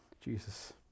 Jesus